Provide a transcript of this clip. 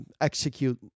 execute